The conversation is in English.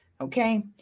Okay